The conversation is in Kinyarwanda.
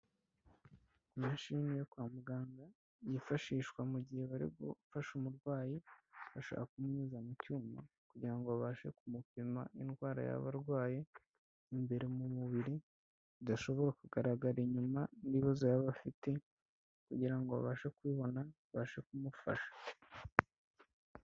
Imashini yo kwa muganga yifashishwa mu gihe bari gufasha umurwayi bashaka kumunyuza mu cyuma kugira ngo abashe kumupima indwara yaba arwaye imbere mu mubiri bidashobora kugaragara inyuma n'ibibazo yaba afite kugira abashe kubibona abashe kumufasha.